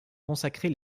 consacrés